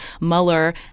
Mueller